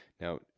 Now